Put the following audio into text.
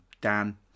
Dan